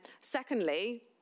Secondly